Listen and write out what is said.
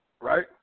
right